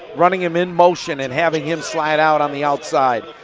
running him in motion and having him slide out on the outside.